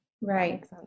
Right